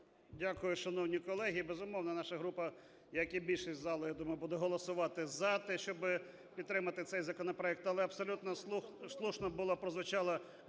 Дякую, шановні колеги. Безумовно, наша група, як і більшість в залі, я думаю, буде голосувати за те, щоб підтримати цей законопроект. Але абсолютно слушно було,